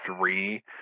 three